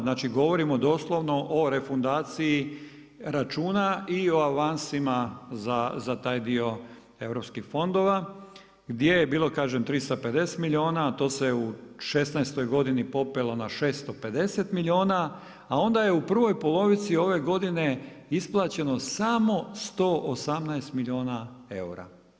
Znači govorimo doslovno o refundaciji računa i o avansima za taj dio europskih fondova, gdje je bilo, kažem 350 milijuna, a to se u 16 godini popelo na 650 milijuna, a onda je u prvoj polovici ove godine, isplaćeno samo 118 milijuna eura.